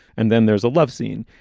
and then there's a love scene.